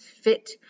fit